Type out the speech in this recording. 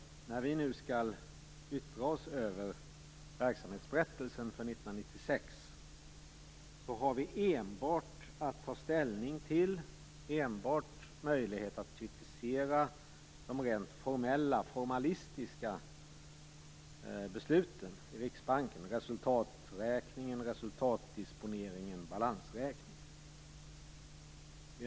När vi nu skall yttra oss över verksamhetsberättelsen för 1996 anser finansutskottet att vi enbart har att ta ställning till och kritisera de rent formella besluten i Riksbanken, t.ex. resultaträkningen, resultatdisponeringen och balansräkningen.